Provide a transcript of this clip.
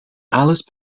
alice